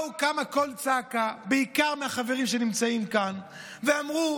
קם קול צעקה, בעיקר מהחברים שנמצאים כאן, שאמר: